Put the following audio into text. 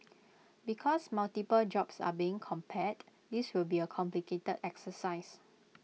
because multiple jobs are being compared this will be A complicated exercise